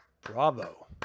Bravo